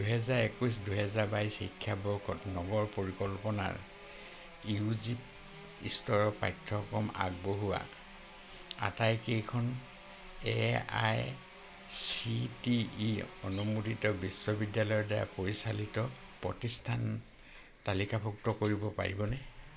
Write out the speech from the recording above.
দুহেজাৰ একৈছ দুহেজাৰ বাইছ শিক্ষাবৰ্ষত নগৰ পৰিকল্পনাৰ ইউ জি স্তৰৰ পাঠ্যক্ৰম আগবঢ়োৱা আটাইকেইখন A I C T E অনুমোদিত বিশ্ববিদ্যালয়ৰ দ্বাৰা পৰিচালিত প্ৰতিষ্ঠান তালিকাভুক্ত কৰিব পাৰিবনে